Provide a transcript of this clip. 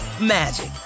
magic